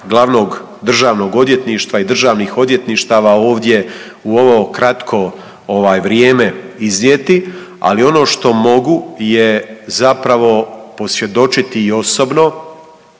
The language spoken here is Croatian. glavnog Državnog odvjetništva i državnih odvjetništava ovdje u ovo kratko vrijeme iznijeti, ali ono što mogu je zapravo posvjedočiti i osobno